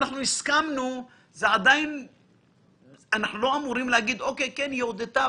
אנחנו לא אמורים להגיד: "כן, היא הודתה,